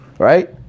Right